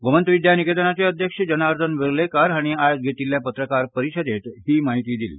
गोंमत विद्या निकेतनाचे अध्यक्ष जर्नादन वेर्लेकार हांणी आयज घेतिल्ले पत्रकार परिशदेंत ही म्हायती दिली